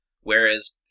whereas